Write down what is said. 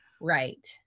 Right